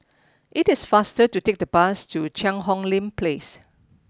it is faster to take the bus to Cheang Hong Lim Place